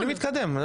אני מתקדם.